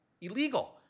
Illegal